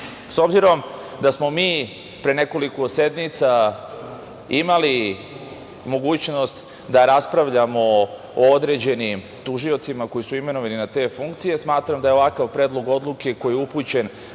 obzirom da smo mi pre nekoliko sednica imali mogućnost da raspravljamo o određenim tužiocima koji su imenovani na te funkcije, smatram da je ovakav Predlog odluke koji je upućen